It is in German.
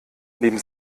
neben